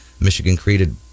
Michigan-created